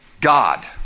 God